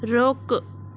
रोक